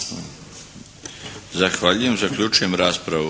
Zahvaljujem. Zaključujem raspravu